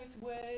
words